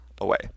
away